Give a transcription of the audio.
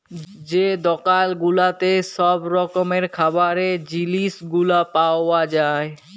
যে দকাল গুলাতে ছব রকমের খাবারের জিলিস গুলা পাউয়া যায়